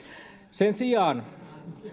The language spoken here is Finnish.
sen sijaan